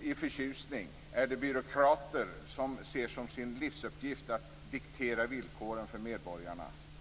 i förtjusning är de byråkrater som ser som sin livsuppgift att diktera villkoren för medborgarna.